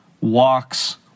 walks